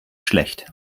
schlecht